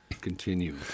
continue